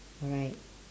alright